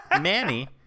Manny